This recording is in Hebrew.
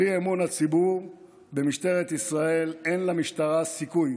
בלי אמון הציבור במשטרת ישראל אין למשטרה סיכוי